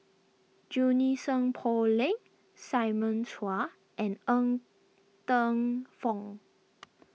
Junie Sng Poh Leng Simon Chua and Ng Teng Fong